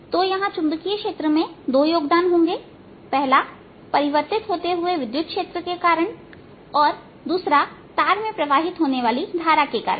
तो यहां चुंबकीय क्षेत्र में दो योगदान होंगेपहला परिवर्तित होते हुए विद्युत क्षेत्र के कारण और दूसरा तार में प्रवाहित होने वाली धारा के कारण